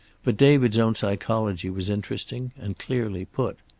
but david's own psychology was interesting and clearly put.